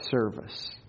service